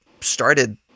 started